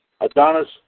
Adonis